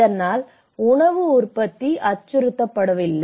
அதனால் உணவு உற்பத்தி அச்சுறுத்தப்படுவதில்லை